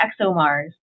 ExoMars